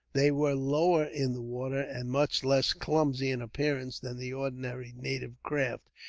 they were lower in the water, and much less clumsy in appearance than the ordinary native craft,